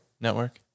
Network